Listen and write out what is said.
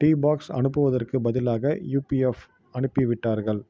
tea box அனுப்புவதற்குப் பதிலாக UPF அனுப்பிவிட்டார்கள்